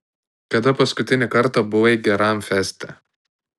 kada paskutinį kartą buvai geram feste